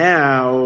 Now